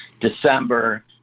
December